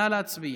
נא להצביע.